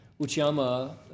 Uchiyama